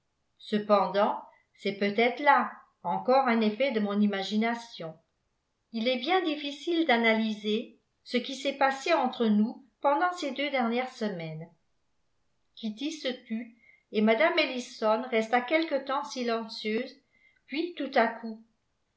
cependant c'est peut-être là encore un effet de mon imagination il est bien difficile d'analyser ce qui s'est passé entre nous pendant ces deux dernières semaines kitty se tut et mme ellison resta quelque temps silencieuse puis tout à coup